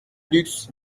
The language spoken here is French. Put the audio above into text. luxe